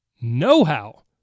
Know-how